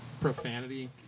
profanity